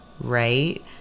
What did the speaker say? right